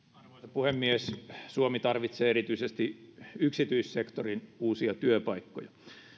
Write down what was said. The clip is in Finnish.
puhemies suomi tarvitsee erityisesti yksityissektorin uusia työpaikkoja